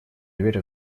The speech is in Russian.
дверь